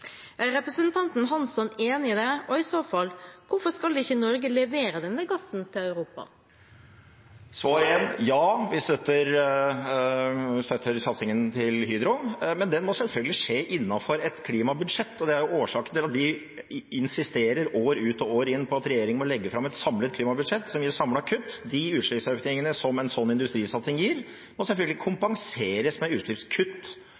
representanten Hansson enig i det? Og i så fall: Hvorfor skal ikke Norge levere denne gassen til Europa? Svar én: Ja, vi støtter satsingen til Hydro, men den må selvfølgelig skje innenfor et klimabudsjett. Det er årsaken til at vi år ut og år inn insisterer på at regjeringen må legge fram et samlet klimabudsjett som gir samlet kutt. De utslippsøkningene som en sånn industrisatsing gir, må selvfølgelig kompenseres med utslippskutt